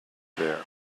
there